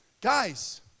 Guys